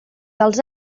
dels